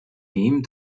dem